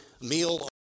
meal